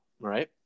right